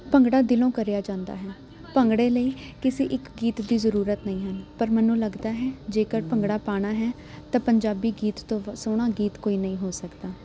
ਭੰਗੜਾ ਦਿਲੋਂ ਕਰਿਆ ਜਾਂਦਾ ਹੈ ਭੰਗੜੇ ਲਈ ਕਿਸੇ ਇੱਕ ਗੀਤ ਦੀ ਜ਼ਰੂਰਤ ਨਹੀਂ ਹਨ ਪਰ ਮੈਨੂੰ ਲੱਗਦਾ ਹੈ ਜੇਕਰ ਭੰਗੜਾ ਪਾਉਣਾ ਹੈ ਤਾਂ ਪੰਜਾਬੀ ਗੀਤ ਤੋਂ ਵ ਸੋਹਣਾ ਗੀਤ ਕੋਈ ਨਹੀਂ ਹੋ ਸਕਦਾ